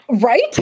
Right